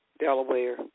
Delaware